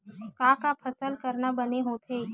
का का फसल करना बने होथे?